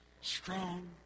strong